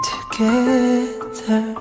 Together